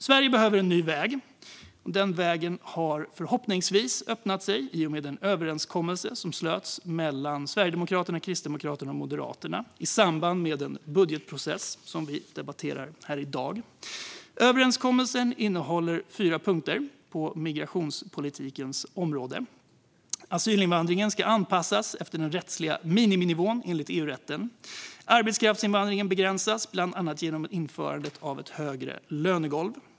Sverige behöver en ny väg, och den vägen har förhoppningsvis öppnat sig i och med den överenskommelse som slöts mellan Sverigedemokraterna, Kristdemokraterna och Moderaterna i samband med den budgetprocess som vi debatterar här i dag. Överenskommelsen innehåller fyra punkter på migrationspolitikens område. Asylinvandringen ska anpassas efter den rättsliga miniminivån enligt EU-rätten. Arbetskraftsinvandringen begränsas, bland annat genom införandet av ett högre lönegolv.